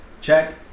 check